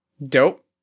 Dope